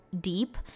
deep